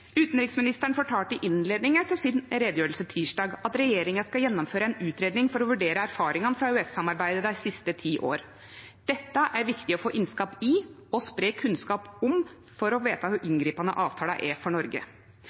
i innleiinga til si utgreiing tysdag at regjeringa skal gjennomføre ei utgreiing for å vurdere erfaringane frå EØS-samarbeidet dei siste ti åra. Dette er viktig å få innsikt i og spreie kunnskap om, for å vite kor inngripande avtala er for Noreg.